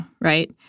right